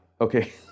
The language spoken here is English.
Okay